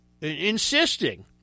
insisting